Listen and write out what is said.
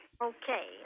Okay